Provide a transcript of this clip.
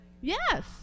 Yes